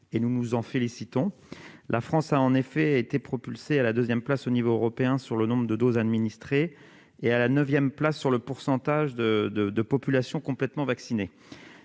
et nous nous en félicitons. La France a été propulsée à la deuxième place au niveau européen pour le nombre de doses administrées et à la neuvième place pour le pourcentage de population complètement vaccinée.